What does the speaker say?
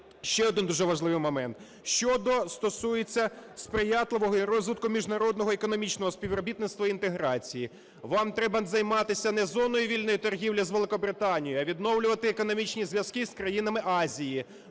Ще один дуже важливий момент щодо, стосується сприятливого і розвитку міжнародного економічного співробітництва й інтеграції. Вам треба займатися не зоною вільної торгівлі з Великобританією, а відновлювати економічні зв'язки з країнами Азії.